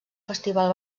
festival